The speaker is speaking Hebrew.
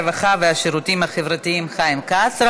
הרווחה והשירותים החברתיים חיים כץ.